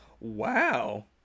wow